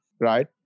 right